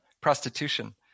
prostitution